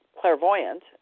clairvoyant